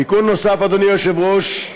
תיקון נוסף, אדוני היושב-ראש,